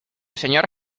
señor